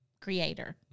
creator